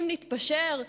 אם נתפשר,